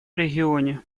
регионе